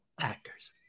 actors